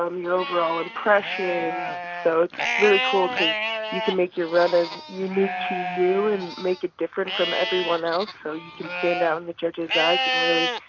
um your overall impression so it's really cool because you can make your run as unique to you and make it different from everyone else. so you can stand out in the judge's eyes and really,